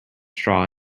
straw